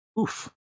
Oof